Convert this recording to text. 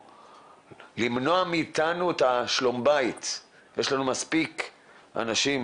למנוע מאיתנו את שלום הבית, יש לנו מספיק אנשים